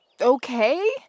okay